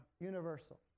universal